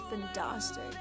fantastic